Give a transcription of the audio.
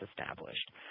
established